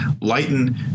lighten